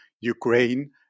ukraine